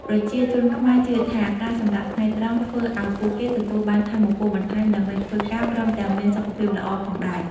ប្រជាជនខ្មែរជឿថា ការសម្រាកថ្ងៃត្រង់ធ្វើឱ្យពួកគេទទួលបានថាមពលបន្ថែមដើម្បីធ្វើការ ព្រមទាំងមានសុខភាពល្អផងដែរ។